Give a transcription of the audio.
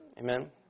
Amen